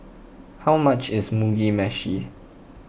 how much is Mugi Meshi